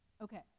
Okay